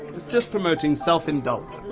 it's just promoting self-indulgence.